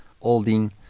holding